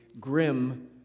grim